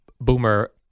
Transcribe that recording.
boomer